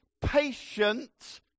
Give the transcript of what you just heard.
patient